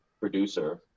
producer